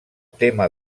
tema